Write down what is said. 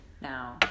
now